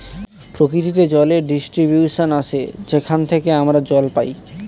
প্রকৃতিতে জলের ডিস্ট্রিবিউশন আসে যেখান থেকে আমরা জল পাই